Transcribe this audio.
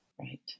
Right